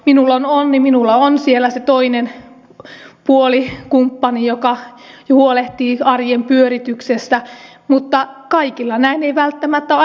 minulla on onni minulla on siellä se toinen puoli kumppani joka huolehtii arjen pyörityksestä mutta kaikilla ei näin välttämättä aina ole